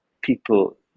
people